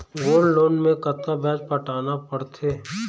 Gold loan मे कतका ब्याज पटाना पड़थे?